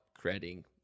creating